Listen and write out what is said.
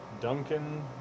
Duncan